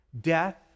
death